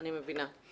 אני מבינה.